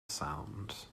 sounds